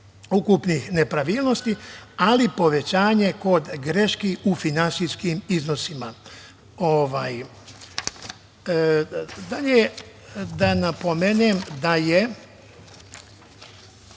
ukupnih nepravilnosti, ali povećanje kod greški u finansijskim iznosima. Dalje, da napomenem da je